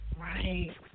Right